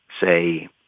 say